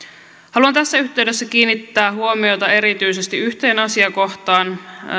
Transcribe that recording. haluan tässä yhteydessä kiinnittää huomiota erityisesti yhteen asiakohtaan